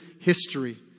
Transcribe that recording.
history